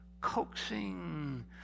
coaxing